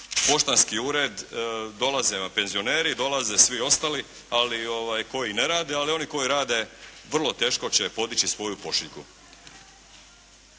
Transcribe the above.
poštanski ured dolaze vam penzioneri, dolaze svi ostali ali koji ne rade, ali oni koji rade vrlo teško će podići svoju pošiljku.